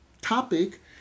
topic